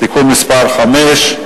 (תיקון מס' 5),